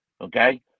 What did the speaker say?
okay